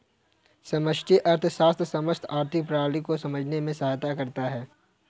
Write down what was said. समष्टि अर्थशास्त्र समस्त आर्थिक प्रणाली को समझने में सहायता करता है